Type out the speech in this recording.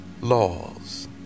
laws